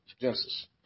Genesis